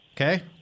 Okay